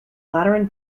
lateran